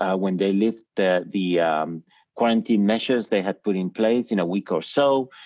ah when they lift the the quarantine measures they had put in place in a week or so.